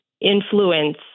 influence